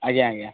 ଆଜ୍ଞା ଆଜ୍ଞା